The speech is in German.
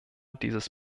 dieses